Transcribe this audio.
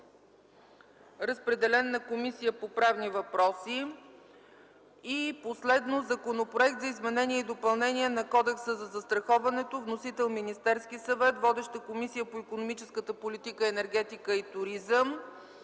Разпределен е на Комисията по правни въпроси. Законопроект за изменение и допълнение на Кодекса за застраховането. Вносител – Министерският съвет. Водеща е Комисията по икономическата политика, енергетика и туризъм.